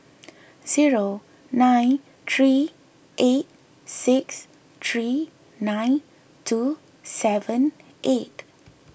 zero nine three eight six three nine two seven eight